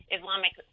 Islamic